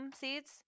seeds